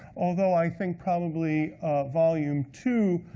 although, i think probably volume two,